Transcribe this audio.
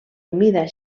humida